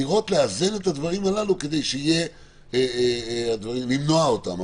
לראות ולאזן את הדברים הללו כדי למנוע אותם,